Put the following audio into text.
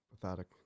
pathetic